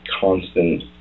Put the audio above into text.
constant